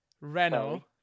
Renault